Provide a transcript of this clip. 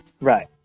Right